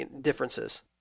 differences